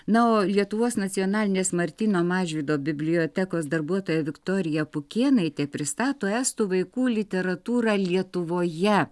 na o lietuvos nacionalinės martyno mažvydo bibliotekos darbuotoja viktorija pukėnaitė pristato estų vaikų literatūrą lietuvoje